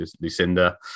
Lucinda